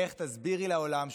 איך תסבירי לעולם,